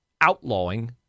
outlawing